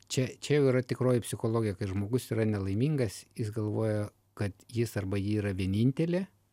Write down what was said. čia čia jau yra tikroji psichologija kad žmogus yra nelaimingas jis galvoja kad jis arba ji yra vienintelė